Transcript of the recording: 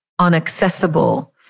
unaccessible